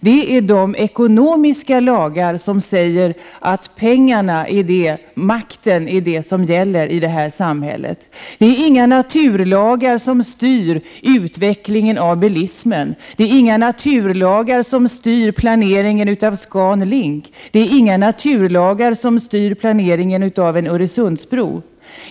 Det är de ekonomiska lagar som säger att pengarna och makten är vad som gäller i det här samhället. Det är inga naturlagar som styr utvecklingen av bilismen. Det är inga naturlagar som styr planeringen av ScanLink. Det är inga naturlagar som styr planeringen av en Öresundsbro.